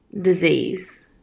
disease